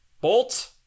Bolt